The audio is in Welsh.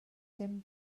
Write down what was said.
dim